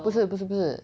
不是不是不是